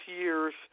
years